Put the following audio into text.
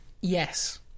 Yes